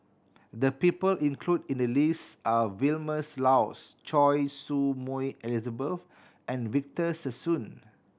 the people included in the list are Vilma Laus Choy Su Moi Elizabeth and Victor Sassoon